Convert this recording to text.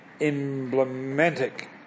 emblematic